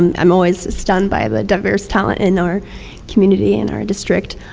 and i'm always stunned by the diverse talent in our community and our district.